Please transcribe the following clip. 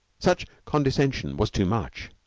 such condescension was too much.